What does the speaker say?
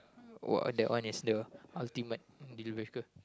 !wah! that one is the ultimate dealbreaker